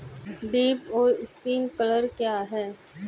Drip और sprinkler क्या हैं?